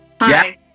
Hi